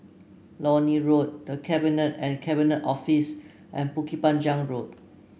Lornie Road The Cabinet and Cabinet Office and Bukit Panjang Road